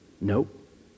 nope